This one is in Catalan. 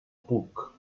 puc